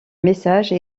message